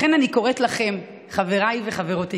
לכן אני קוראת לכם, חברים וחברות יקרים,